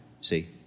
see